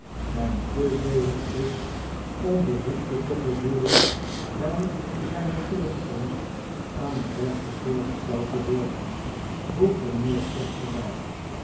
en te zedig is om behoefte te gevoelen bij zijne terugkomst aan de rechters voorgesteld te worden voegde mijnheer kags er